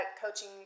coaching